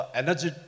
energy